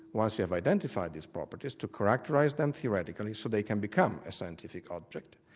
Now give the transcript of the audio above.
once you have identified these properties, to characterise them theoretically so they can become a scientific object,